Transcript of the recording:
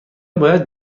باید